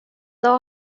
dag